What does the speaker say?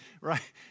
Right